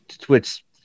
Twitch